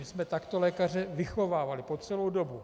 My jsme takto lékaře vychovávali po celou dobu.